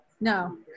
No